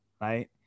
right